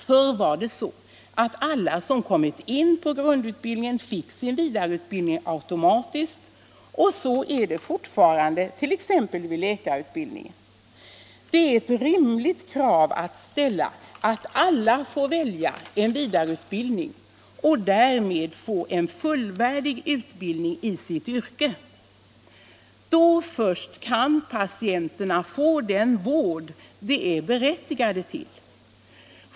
Förr var det så att alla som kommit in på grundutbildningen fick sin vidareutbildning automatiskt, och så är det fortfarande t.ex. inom läkarutbildningen. Det är ett rimligt krav att alla får välja en vidareutbildning och därmed får en fullvärdig utbildning i sitt yrke. Då först kan patienterna få den vård de är berättigade till.